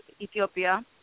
Ethiopia